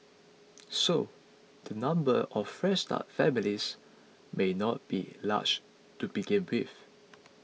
so the number of Fresh Start families may not be large to begin with